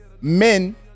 men